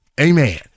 Amen